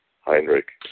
Heinrich